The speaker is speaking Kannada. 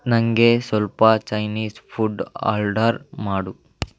ನನಗೆ ಸ್ವಲ್ಪ ಚೈನೀಸ್ ಫುಡ್ ಆರ್ಡರ್ ಮಾಡು